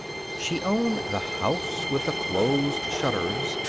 she owned the house with the closed shutters,